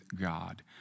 God